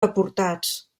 deportats